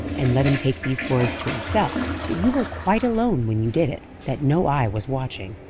and let him take these words to himself that you were quite alone when you did it that no eye was watching.